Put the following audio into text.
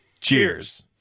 Cheers